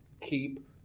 keep